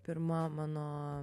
pirma mano